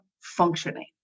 functioning